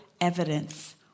evidence